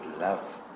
love